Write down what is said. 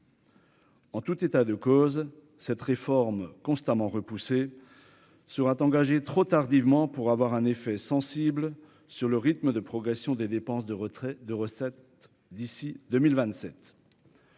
En tout état de cause, cette réforme constamment repoussées sera engagée trop tardivement pour avoir un effet sensible sur le rythme de progression des dépenses de retrait de recettes d'ici 2027,